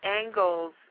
angles